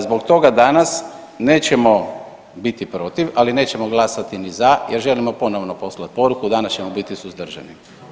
Zbog toga danas nećemo biti protiv, ali nećemo glasati ni za jer želimo ponovno poslat poruku, danas ćemo biti suzdržani.